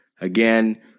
Again